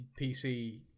PC